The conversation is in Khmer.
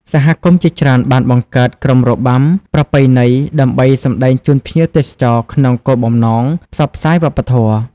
សហគមន៍ជាច្រើនបានបង្កើត ក្រុមរបាំ ប្រពៃណីដើម្បីសម្តែងជូនភ្ញៀវទេសចរក្នុងគោលបំណងផ្សព្វផ្សាយវប្បធម៌។